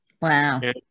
wow